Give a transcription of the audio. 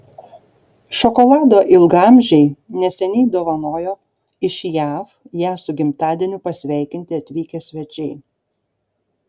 šokolado ilgaamžei neseniai dovanojo iš jav ją su gimtadieniu pasveikinti atvykę svečiai